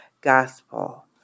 gospel